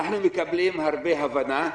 אנחנו מקבלים הרבה הבנה,